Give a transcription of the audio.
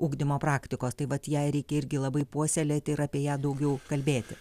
ugdymo praktikos tai vat ją reikia irgi labai puoselėti ir apie ją daugiau kalbėti